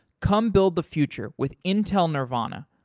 come build the future with intel nervana.